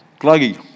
gluggy